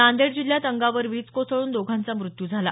नांदेड जिल्ह्यात अंगावर वीज कोसळून दोघांचा मृत्यू झाला